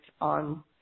on